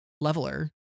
leveler